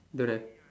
don't have